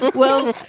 well,